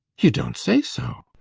you don't say so!